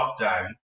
lockdown